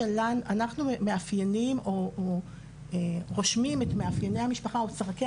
אנחנו מאפיינים או רושמים את מאפייני המשפחה וצרכי